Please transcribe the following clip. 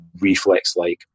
reflex-like